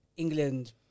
england